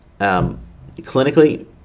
clinically